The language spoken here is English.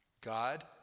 God